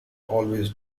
always